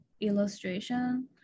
illustration